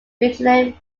regenerate